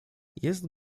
jest